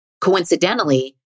Coincidentally